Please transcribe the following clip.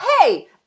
Hey